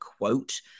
quote